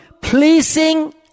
pleasing